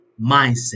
mindset